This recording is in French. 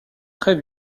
très